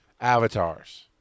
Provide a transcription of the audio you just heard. avatars